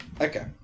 Okay